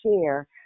share